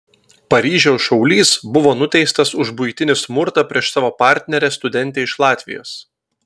paryžiaus šaulys buvo nuteistas už buitinį smurtą prieš savo partnerę studentę iš latvijos